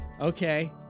Okay